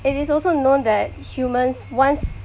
it is also known that humans once